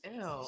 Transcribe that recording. Ew